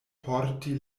porti